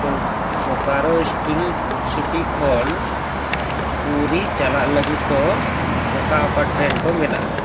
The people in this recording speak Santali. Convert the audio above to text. ᱛᱚ ᱵᱚᱠᱟᱨᱳ ᱥᱴᱤᱞ ᱥᱤᱴᱤ ᱠᱷᱚᱱ ᱯᱩᱨᱤ ᱪᱟᱞᱟᱜ ᱞᱟᱹᱜᱤᱫ ᱫᱚ ᱚᱠᱟ ᱚᱠᱟ ᱴᱨᱮᱱ ᱠᱚ ᱢᱮᱱᱟᱜᱼᱟ